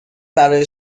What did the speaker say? برای